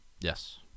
Yes